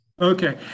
okay